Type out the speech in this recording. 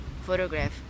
photograph